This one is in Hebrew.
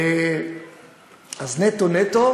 נטו הכול,